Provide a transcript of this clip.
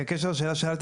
בקשר לשאלה ששאלת,